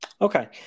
okay